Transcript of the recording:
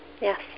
Yes